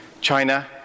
China